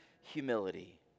humility